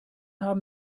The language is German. haben